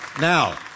Now